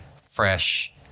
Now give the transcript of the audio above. fresh